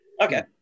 Okay